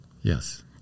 Yes